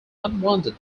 unwanted